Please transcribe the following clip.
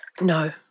No